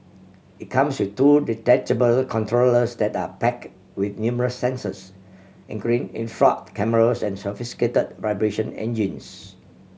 it comes with two detachable controllers that are packed with numerous sensors including infrared cameras and sophisticated vibration engines